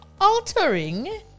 altering